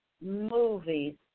movies